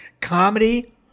comedy